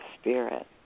Spirit